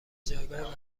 جایگاه